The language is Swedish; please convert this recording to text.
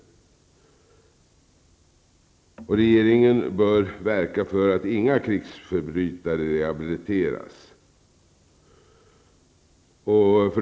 Regeringen bör verka för att inga krigsförbrytare rehabiliteras.